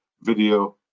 video